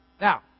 Now